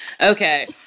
Okay